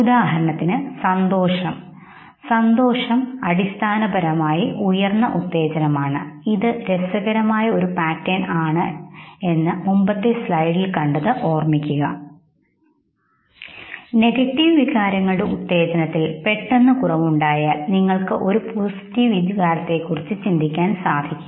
ഉദാഹരണത്തിന് സന്തോഷം ഉദാഹരണത്തിന് സന്തോഷം അടിസ്ഥാനപരമായി ഉയർന്ന ഉത്തേജനമാണ്ഇത് ഒരു രസകരമായ പാറ്റേൺ ആണ് മുമ്പത്തെ സ്ലൈഡിൽ ഞങ്ങൾ കണ്ടത് എന്താണെന്ന് ഓർമ്മിക്കുക നെഗറ്റീവ് വൈകാരങ്ങളുടെ ഉത്തേജനത്തിൽ പെട്ടെന്നു കുറവുണ്ടായാൽ നിങ്ങൾക്ക് ഒരു പോസിറ്റീവ് വികാരത്തെക്കുറിച്ചു ചിന്തിക്കാൻ സാധിക്കും